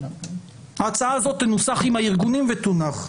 ההצעה הזו תנוסח עם הארגונים ותונח.